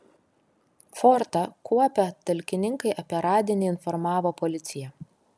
fortą kuopę talkininkai apie radinį informavo policiją